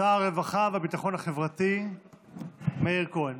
שר הרווחה והביטחון החברתי מאיר כהן.